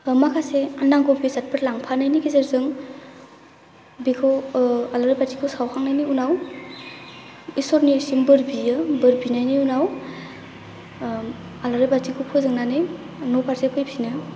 माखासे नांगौ बेसादफोर लांफानायनि गेजेरजों बेखौ आलारि बाथिखौ सावखांनायनि उनाव इसरनिसिम बोर बियो बोर बिनायनि उनाव आलारि बाथिखौ फोजोंनानै न' फारसे फैफिनो